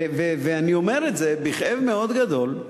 אני אומר את זה בכאב מאוד גדול.